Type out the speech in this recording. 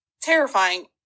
Terrifying